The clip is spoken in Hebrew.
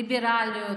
ליברליות,